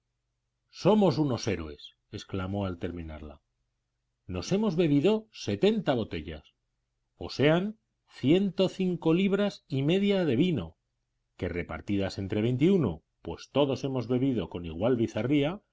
somos unos héroes exclamó al terminarla nos hemos bebido setenta botellas o sean ciento cinco libras y media de vino que repartidas entre veintiuno pues todos hemos bebido con igual bizarría